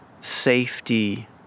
safety